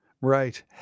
Right